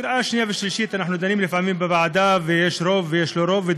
בקריאה שנייה ושלישית אנחנו דנים לפעמים בוועדה ויש לו רוב,